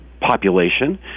population